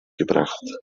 gebracht